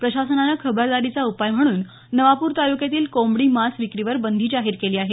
प्रशासनानं खबरदारीचा उपाय म्हणून नवापूर तालुक्यातील कोंबडी मांस विक्रीवर बंदी जाहीर केली आहे